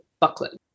Buckland